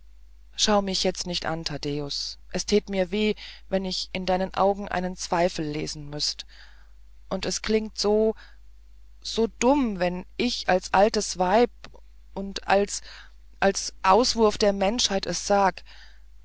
schau mich jetzt nicht an taddäus es täte mir weh wenn ich in deinen augen einen zweifel lesen müßt und es klingt so so dumm wenn ich als altes weib und als als auswurf der menschheit es sag